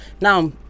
now